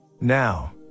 Now